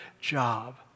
job